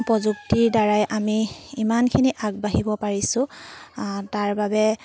প্ৰযুক্তিৰ দ্বাৰাই আমি ইমানখিনি আগবাঢ়িব পাৰিছোঁ তাৰ বাবে